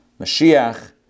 Mashiach